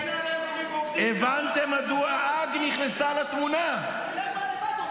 התבכיינות על טרור?